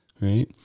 right